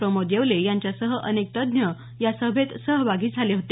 प्रमोद येवले यांच्यासह अनेक तज्ज्ञ या सभेत सहभागी झाले होते